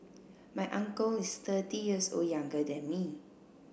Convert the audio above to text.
my uncle is thirty years old younger than me